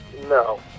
No